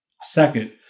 Second